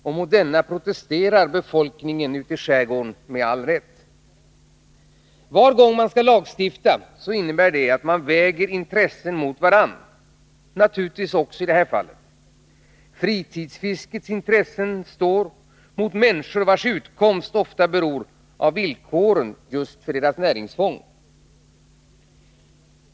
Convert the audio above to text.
Och mot denna protesterar befolkningen ute i skärgården med all rätt. Var gång man skall lagstifta innebär det att man väger intressen mot varandra. Så är det naturligtvis också i det här fallet. Fritidsfiskets intressen står mot människor, vilkas utkomst ofta beror av villkoren just för deras näringsfång.